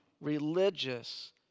religious